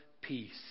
peace